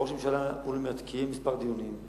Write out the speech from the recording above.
ראש הממשלה אולמרט קיים כמה דיונים,